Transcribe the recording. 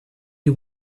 you